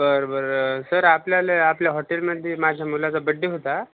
बरं बरं सर आपल्याला आपल्या हॉटेलमध्ये माझ्या मुलाचा बड्डे होता